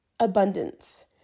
abundance